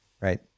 Right